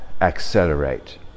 accelerate